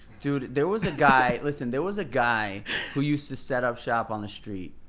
dude there was a guy, listen, there was a guy who used to set up shop on the street,